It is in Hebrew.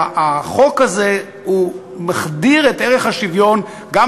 והחוק הזה מחדיר את ערך השוויון גם